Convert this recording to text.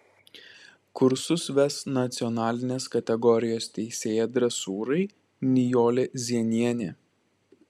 kursus ves nacionalinės kategorijos teisėja dresūrai nijolė zienienė